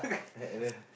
I haven't